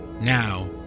now